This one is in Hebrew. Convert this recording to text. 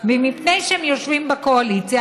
ומפני שהם יושבים בקואליציה,